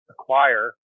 acquire